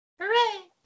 Hooray